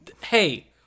Hey